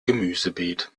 gemüsebeet